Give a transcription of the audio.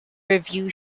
review